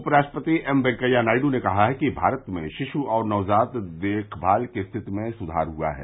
उप राष्ट्रपति एम वेंकैया नायडु ने कहा है कि भारत में शिशु और नवजात देखमाल की स्थिति में सुधार हुआ है